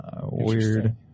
Weird